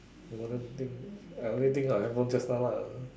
modern things I already think what handphone just now ah